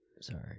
Sorry